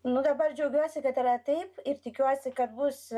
nu dabar džiaugiuosi kad yra taip ir tikiuosi kad bus